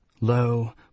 Lo